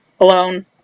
Alone